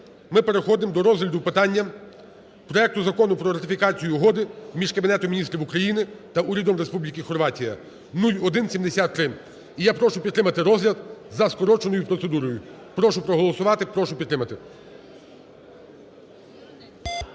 Ми переходимо до розгляду питання проекту Закону про ратифікацію Угоди між Кабінетом Міністрів України та Урядом Республіки Хорватія (0173). І я прошу підтримати розгляд за скороченою процедурою. Прошу проголосувати, прошу підтримати.